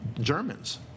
Germans